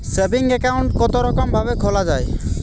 Saving account কতরকম ভাবে খোলা য়ায়?